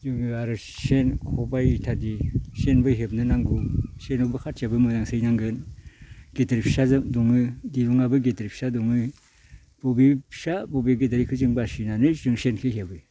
जोङो आरो सेन खबाइ इथादि सेनबो हेबनो नांगौ सेनाबो खाथिया मोजां सैनांगोन गिदिर फिसा दङ दिरुङाबो गिदिर फिसा दङ बबे फिसा बबे गिदिर इखो जों बासिनानै जों सेनखो हेबो